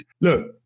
Look